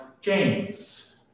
James